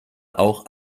auch